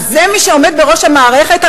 אז זה מי שעומד בראש המערכת?